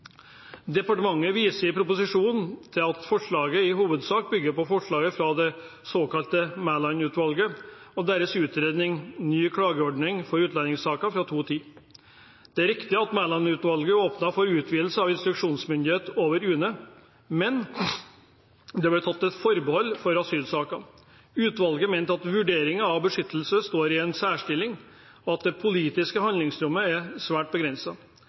Departementet viser i proposisjonen til at forslaget i hovedsak bygger på forslaget fra det såkalte Mæland-utvalget og deres utredning Ny klageordning for utlendingssaker, fra 2010. Det er riktig at Mæland-utvalget åpnet for utvidelse av instruksjonsmyndighet over UNE, men det ble tatt et forbehold for asylsaker. Utvalget mente at vurderinger av beskyttelse står i en særstilling, og at det politiske handlingsrommet er svært